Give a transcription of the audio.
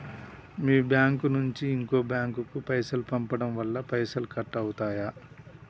మీ bank నుంచి ఇంకో bank కు పైసలు పంపడం వల్ల పైసలు కట్ అవుతయా?